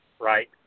Right